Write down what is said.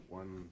one